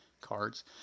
cards